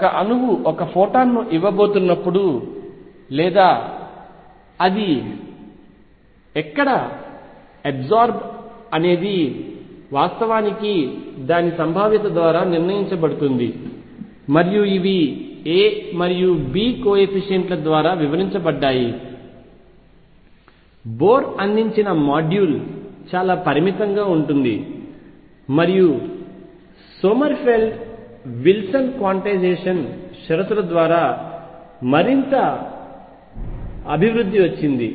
ఒక అణువు ఒక ఫోటాన్ ను ఇవ్వబోతున్నప్పుడు లేదా అది ఎక్కడ అబ్సార్బ్ అనేది వాస్తవానికి సంభావ్యత ద్వారా నిర్ణయించబడుతుంది మరియు ఇవి a మరియు b కోయెఫిషియంట్ల ద్వారా వివరించబడ్డాయి బోర్ అందించిన మాడ్యూల్ చాలా పరిమితంగా ఉంటుంది మరియు సోమెర్ఫెల్డ్ విల్సన్ క్వాంటైజేషన్ షరతుల ద్వారా మరింత అభివృద్ధి వచ్చింది